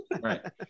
Right